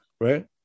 right